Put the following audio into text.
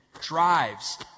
drives